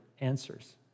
answers